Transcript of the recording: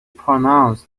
pronounced